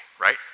right